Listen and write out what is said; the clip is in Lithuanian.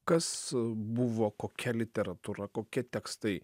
kas buvo kokia literatūra kokie tekstai